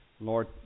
Lord